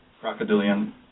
crocodilian